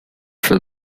for